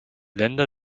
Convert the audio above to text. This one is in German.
länder